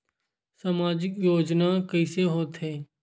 सामजिक योजना कइसे होथे?